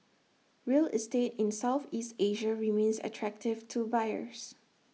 real estate in Southeast Asia remains attractive to buyers